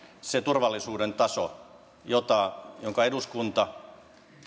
se turvallisuuden taso jota eduskunta